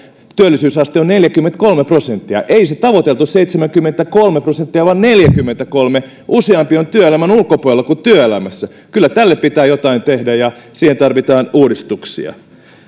työllisyysaste on neljäkymmentäkolme prosenttia ei se tavoiteltu seitsemänkymmentäkolme prosenttia vaan neljäkymmentäkolme useampi on työelämän ulkopuolella kuin työelämässä kyllä tälle pitää jotain tehdä ja siihen tarvitaan uudistuksia